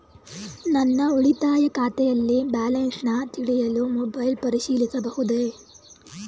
ನನ್ನ ಉಳಿತಾಯ ಖಾತೆಯಲ್ಲಿ ಬ್ಯಾಲೆನ್ಸ ತಿಳಿಯಲು ಮೊಬೈಲ್ ಪರಿಶೀಲಿಸಬಹುದೇ?